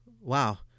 wow